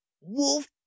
wolf